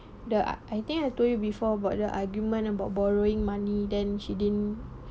the ah I think I told you before about the argument about borrowing money then she didn't